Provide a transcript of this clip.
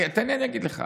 תן לי, אני אגיד לך.